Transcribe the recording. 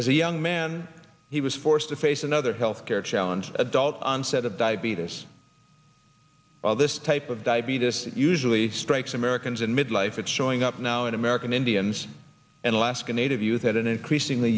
as a young man he was forced to face another health care challenge adult onset of diabetes of this type of diabetes that usually strikes americans in midlife it's showing up now in american indians and alaskan native youth at an increasingly